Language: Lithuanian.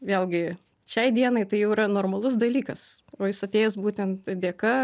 vėlgi šiai dienai tai jau yra normalus dalykas o jis atėjęs būtent dėka